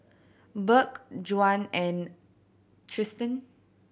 Burk Juan and Tristen